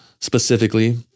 specifically